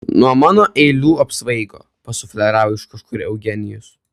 nuo mano eilių apsvaigo pasufleravo iš kažkur eugenijus